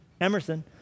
Emerson